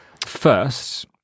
First